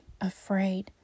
afraid